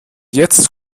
jetzt